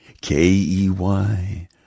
K-E-Y